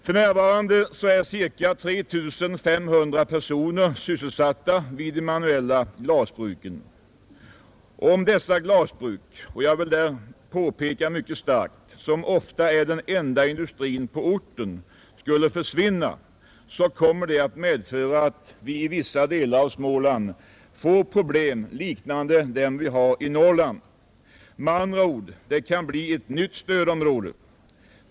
För närvarande är cirka 3 500 personer sysselsatta vid de manuella glasbruken. Om dessa glasbruk, som — det vill jag påpeka mycket starkt — ofta är den enda industrin på orten, skulle försvinna, kommer detta att medföra att vi i vissa delar av Småland får problem liknande dem vi har i Norrland. Med andra ord: Det kan bli ett nytt stödområde.